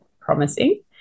promising